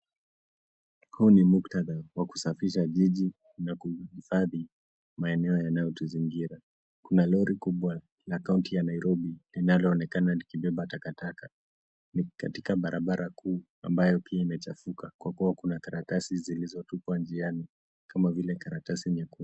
Huu ni muktadha wa kusafisha jiji na kuhifadhi maeneo yanyaotuzingira. Kuna lori kubwa la kaunti ya Nairobi linaloonekana likibeba takataka. Ni katika barabara kuu ambayo pia imechafuka kwa kuwa kuna karatasi zilizotupwa njiani kama vile karatasi nyekundu.